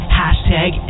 hashtag